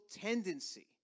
tendency